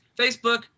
Facebook